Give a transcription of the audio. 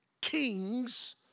kings